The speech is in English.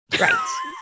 Right